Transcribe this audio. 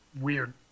weird